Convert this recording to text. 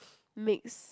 makes